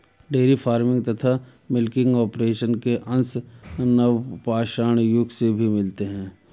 dairy farming तथा milking operation के अंश नवपाषाण युग में भी मिलते हैं